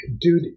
Dude